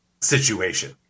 situation